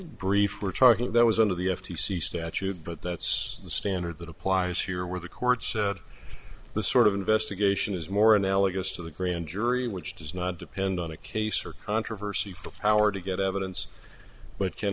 brief we're talking that was under the f t c statute but that's the standard that applies here where the court said the sort of investigation is more analogous to the grand jury which does not depend on a case or controversy for the power to get evidence but can